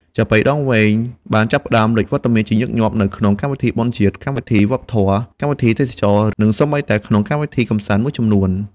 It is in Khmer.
ចាប៉ីដងវែងបានចាប់ផ្តើមលេចវត្តមានជាញឹកញាប់នៅក្នុង កម្មវិធីបុណ្យជាតិ កម្មវិធីវប្បធម៌ កម្មវិធីទេសចរណ៍ និងសូម្បីតែក្នុងកម្មវិធីកម្សាន្តមួយចំនួន។